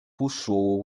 puxou